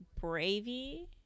bravey